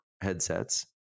headsets